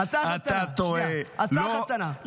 אתה טועה,